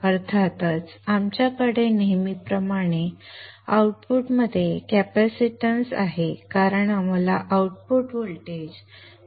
अर्थात आमच्याकडे नेहमीप्रमाणे आउटपुटमध्ये कॅपेसिटन्स आहे कारण आम्हाला आउटपुट व्होल्टेज फिल्टर करणे आवश्यक आहे